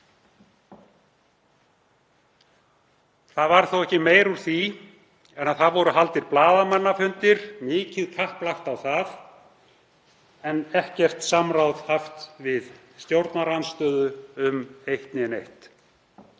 Það varð ekki meira úr því en að haldnir voru blaðamannafundir, mikið kapp lagt á það, en ekkert samráð haft við stjórnarandstöðu um eitt né neitt.